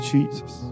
Jesus